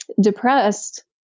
depressed